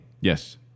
Yes